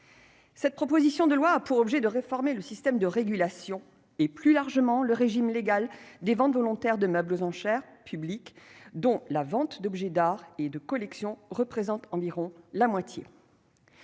Cette proposition de loi a pour objet de réformer le système de régulation et, plus largement, le régime légal des ventes volontaires de meubles aux enchères publiques, dont la vente d'objets d'art et de collection représente environ la moitié.